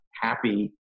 happy